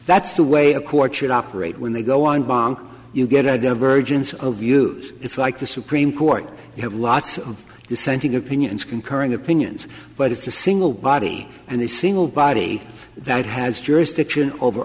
that's the way a courts should operate when they go on bonk you get a divergence of views it's like the supreme court you have lots of dissenting opinions concurring opinions but it's a single body and a single body that has jurisdiction over